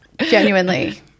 Genuinely